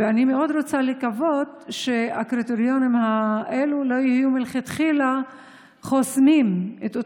ואני מאוד רוצה לקוות שהקריטריונים האלה לא חוסמים מלכתחילה